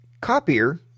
copier